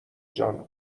جان